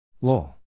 Lol